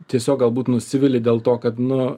tiesiog galbūt nusivili dėl to kad nu